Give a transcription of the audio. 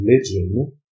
religion